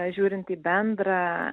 žiūrint į bendrą